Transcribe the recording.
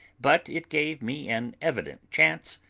but it gave me an evident chance,